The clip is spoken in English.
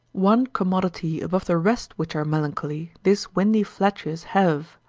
one commodity above the rest which are melancholy, these windy flatuous have,